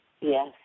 Yes